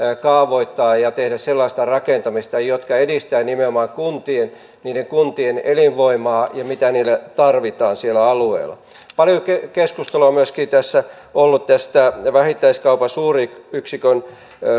kaavoittaa ja tehdä sellaista rakentamista joka edistää nimenomaan kuntien elinvoimaa ja sitä mitä niille tarvitaan siellä alueella paljon keskustelua on myöskin ollut tästä vähittäiskaupan suuryksikön